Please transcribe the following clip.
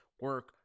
Work